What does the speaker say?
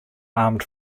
armed